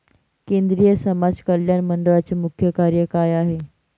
केंद्रिय समाज कल्याण मंडळाचे मुख्य कार्य काय आहे?